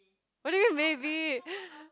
what do you mean maybe